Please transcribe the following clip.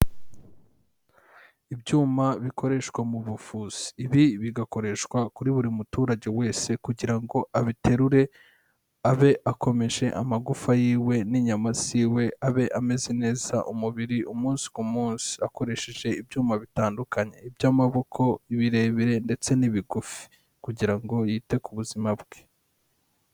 Ibyuma bikoreshwa mu buvuzi, ibi bigakoreshwa kuri buri muturage wese kugira ngo abiterure abe akomeje amagufa yiwe n'inyama z'iwe abe ameze neza umubiri umunsi ku munsi, akoresheje ibyuma bitandukanye by'amaboko birebire ndetse n'ibigufi kugira ngo yite ku buzima bwe.